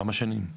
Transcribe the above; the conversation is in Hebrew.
כמה שנים?